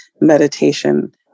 meditation